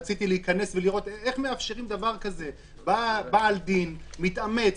רציתי לראות איך מאפשרים דבר כזה בעל דין מתאמץ,